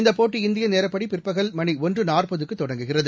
இந்தப் போட்டி இந்திய நேரப்படி பிற்பகல் மணி ஒன்று நாற்பதுக்கு தொடங்குகிறது